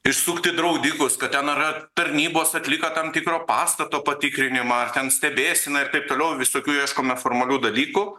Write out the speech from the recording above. įsukti draudikus kad ten ar ar tarnybos atliko tam tikro pastato patikrinimą ar ten stebėseną ir taip toliau visokių ieškome formalių dalykų